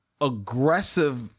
aggressive